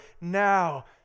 Now